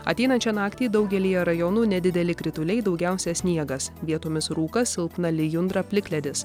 ateinančią naktį daugelyje rajonų nedideli krituliai daugiausia sniegas vietomis rūkas silpna lijundra plikledis